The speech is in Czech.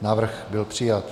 Návrh byl přijat.